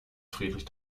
friedrich